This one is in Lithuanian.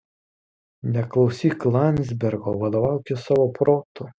neklausyk landzbergo vadovaukis savo protu